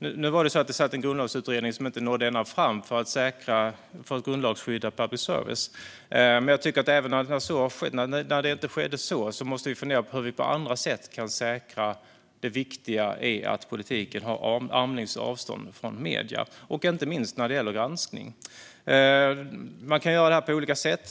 Det fanns en grundlagsutredning som inte nådde ända fram för att grundlagsskydda public service, men jag tycker att när nu så inte skedde måste vi fundera på hur vi på andra sätt kan säkra det viktiga i att politiken har armlängds avstånd från medierna, inte minst när det gäller granskning. Man kan göra det här på olika sätt.